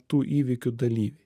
tų įvykių dalyviai